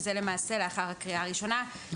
שזה למעשה לאחר הקריאה הראשונה,